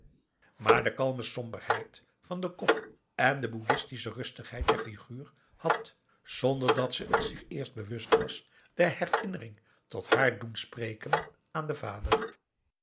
maar de kalme somberheid van den kop en de boeddhistische rustigheid der figuur had zonder dat ze t zich eerst bewust was de herinnering tot haar doen spreken aan den vader